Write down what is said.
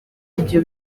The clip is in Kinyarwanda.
ibyo